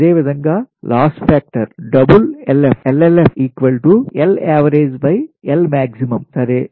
అదేవిధంగా లాస్ ఫాక్టర్ డబుల్LF సరే